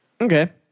Okay